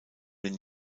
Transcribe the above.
den